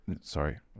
sorry